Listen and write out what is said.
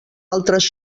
altres